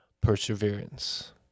Perseverance